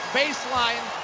baseline